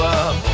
up